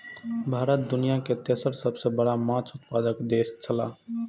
भारत दुनिया के तेसर सबसे बड़ा माछ उत्पादक देश छला